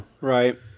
Right